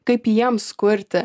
kaip jiems kurti